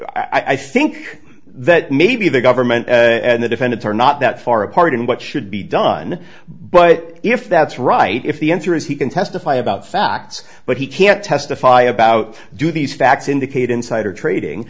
i think that maybe the government and the defendants are not that far apart in what should be done but if that's right if the answer is he can testify about facts but he can't testify about do these facts indicate insider